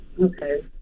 Okay